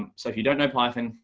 um so if you don't know python,